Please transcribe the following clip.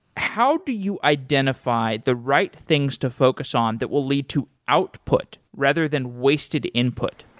how do you identify the right things to focus on that will lead to output rather than wasted input?